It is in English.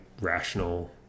rational